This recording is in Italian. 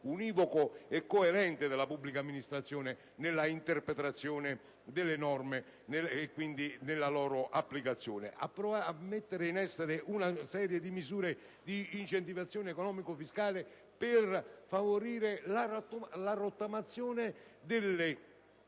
univoco e coerente della pubblica amministrazione nella interpretazione delle norme e quindi nella loro applicazione. Abbiamo inoltre la necessità di mettere in essere una serie di misure di incentivazione economico-fiscale per favorire la rottamazione e la